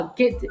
get